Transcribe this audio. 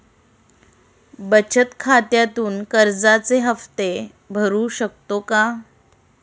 बचत खात्यामधून कर्जाचे हफ्ते भरू शकतो का?